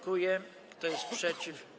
Kto jest przeciw?